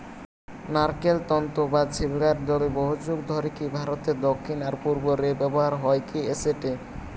নারকেল তন্তু বা ছিবড়ার দড়ি বহুযুগ ধরিকি ভারতের দক্ষিণ আর পূর্ব রে ব্যবহার হইকি অ্যাসেটে